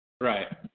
Right